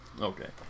Okay